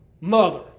mother